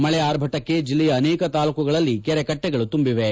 ಮಳೆ ಆರ್ಭಟಕ್ಕೆ ಜಿಲ್ಲೆಯ ಅನೇಕ ತಾಲೂಕುಗಳಲ್ಲಿ ಕೆರೆಕಟ್ಟೆಗಳು ತುಂಬಿವೆ